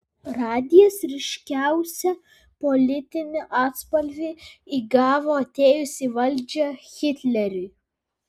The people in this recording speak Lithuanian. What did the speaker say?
radijas ryškiausią politinį atspalvį įgavo atėjus į valdžią hitleriui